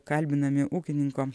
kalbinami ūkininko